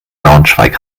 braunschweig